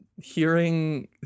hearing